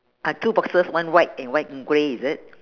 ah two boxes one white and one grey is it